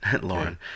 Lauren